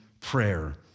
prayer